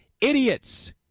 idiots